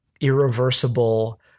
irreversible